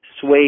sway